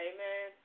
Amen